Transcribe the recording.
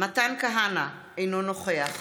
מתן כהנא, אינו נוכח